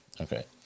Okay